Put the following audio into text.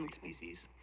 um species